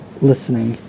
listening